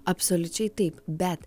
absoliučiai taip bet